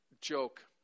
joke